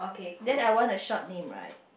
then I want a short name right